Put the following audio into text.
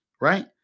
right